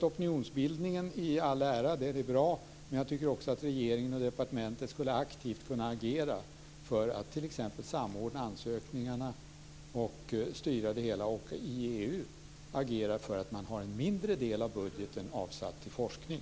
Opinionsbildningen i all ära, det är bra, men jag tycker också att regeringen och departementet aktivt skulle kunna agera för att t.ex. samordna ansökningarna, styra det hela och i EU agera för att man har en mindre del av budgeten avsatt till forskning.